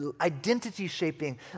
identity-shaping